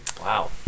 Wow